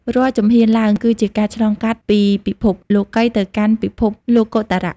រាល់ជំហានឡើង គឺជាការឆ្លងកាត់ពីពិភពលោកីយ៍ទៅកាន់ពិភពលោកុត្តរៈ។